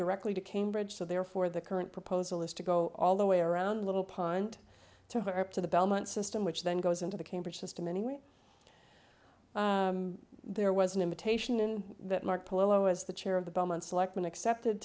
directly to cambridge so therefore the current proposal is to go all the way around a little pond to earth to the belmont system which then goes into the cambridge system anyway there was an invitation that mark polo as the chair of the belmont selectman accepted